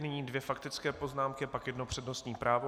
Nyní dvě faktické poznámky, pak jedno přednostní právo.